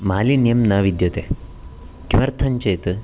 मालिन्यं न विद्यते किमर्थञ्चेत्